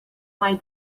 mai